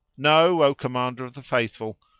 know, o commander of the faithful,